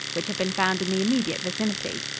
which have been found in the immediate vicinity.